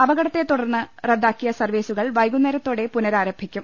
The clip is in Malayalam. അപകടത്തെ തുടർന്ന് റദ്ദാക്കിയ സർവീസു കൾ വൈകുന്നേരത്തോടെ പുനഃരാരംഭിക്കും